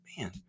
man